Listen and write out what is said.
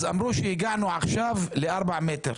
אמרו שהגענו עכשיו ל-4 מטרים